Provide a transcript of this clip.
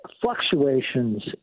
Fluctuations